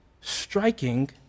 striking